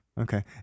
Okay